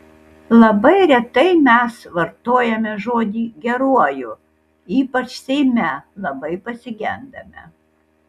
labai retai mes vartojame žodį geruoju ypač seime labai pasigendame